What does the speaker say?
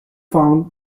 found